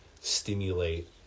stimulate